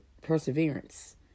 perseverance